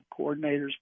coordinators